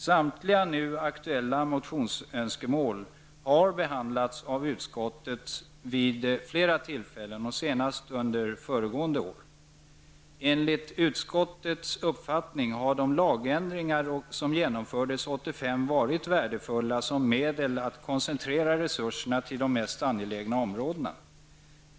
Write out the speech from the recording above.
Samtliga nu aktuella motionsönskemål har behandlats av utskottet vid flera tillfällen och senast under föregående riksmöte. Enligt utskottets uppfattning har de lagändringar som genomfördes 1985 varit värdefulla som medel att koncentrera resurserna till de mest angelägna områdena.